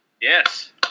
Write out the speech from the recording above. Yes